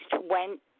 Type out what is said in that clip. went